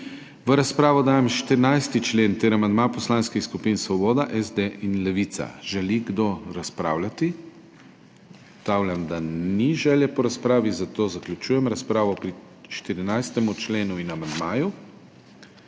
V razpravo dajem 14. člen ter amandma poslanskih skupin Svoboda, SD in Levica. Želi kdo razpravljati? Ugotavljam, da ni želje po razpravi, zato zaključujem razpravo pri 14. členu in amandmaju.